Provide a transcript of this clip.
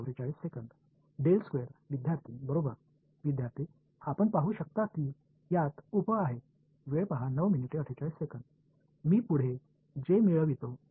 மற்ற வெளிப்பாடு எவ்வாறு எளிமைப்படுத்தப்படும் என்பது மிகவும் தெளிவாக இல்லை எனவே அவை எவ்வாறு இருக்கும் என்பதைப் பார்ப்போம்